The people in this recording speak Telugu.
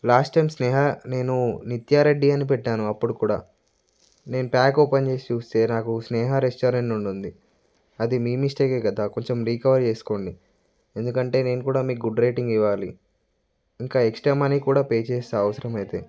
లాస్ట్ టైం స్నేహా నేను నిత్యారెడ్డి అని పెట్టాను అప్పుడు కూడా నేను ప్యాక్ ఓపెన్ చేసి చూస్తే నాకు స్నేహా రెస్టారెంట్ నుండి ఉంది అది మీ మిస్టేకే కదా కొంచెం రీకవర్ చేసుకోండి ఎందుకంటే నేను కూడా మీకు గుడ్ రేటింగ్ ఇవ్వాలి ఇంకా ఎక్స్ట్రా మనీ కూడా పే చేస్తాను అవసరం అయితే